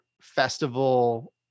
festival